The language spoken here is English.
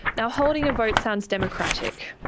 now, holding a vote sounds democratic,